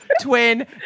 twin